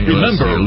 Remember